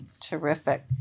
Terrific